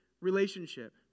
relationship